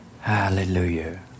Hallelujah